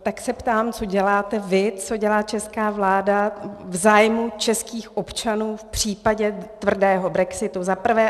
Tak se ptám, co děláte vy, co dělá česká vláda v zájmu českých občanů v případě tvrdého brexitu, zaprvé.